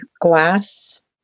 glass